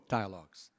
dialogues